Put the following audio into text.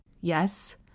yes